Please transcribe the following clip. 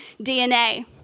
DNA